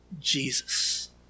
Jesus